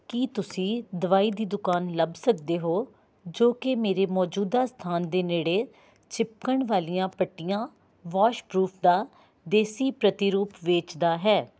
ਕੀ ਤੁਸੀਂ ਦਵਾਈ ਦੀ ਦੁਕਾਨ ਲੱਭ ਸਕਦੇ ਹੋ ਜੋ ਕਿ ਮੇਰੇ ਮੌਜੂਦਾ ਸਥਾਨ ਦੇ ਨੇੜੇ ਚਿਪਕਣ ਵਾਲੀਆਂ ਪੱਟੀਆਂ ਵਾਸ਼ਪਰੂਫ ਦਾ ਦੇਸੀ ਪ੍ਰਤੀਰੂਪ ਵੇਚਦਾ ਹੈ